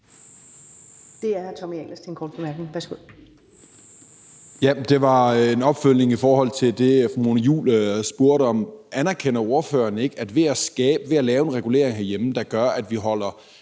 er det hr. Tommy Ahlers til en kort bemærkning. Værsgo. Kl. 14:51 Tommy Ahlers (V): Det er en opfølgning i forhold til det, fru Mona Juul spurgte om. Anerkender ordføreren ikke, at ved at lave en regulering herhjemme, der gør, at vi sætter